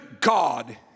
god